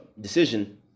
decision